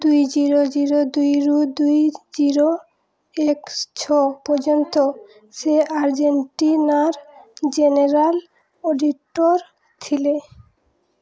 ଦୁଇ zero zero ଦୁଇରୁ ଦୁଇ ଜିରୋ ଏକ ଛଅ ପର୍ଯ୍ୟନ୍ତ ସେ ଆର୍ଜେଣ୍ଟିନାର ଜେନେରାଲ୍ ଅଡ଼ିଟର୍ ଥିଲେ